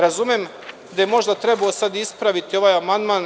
Razumem da je možda trebalo ispraviti ovaj amandman.